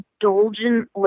indulgent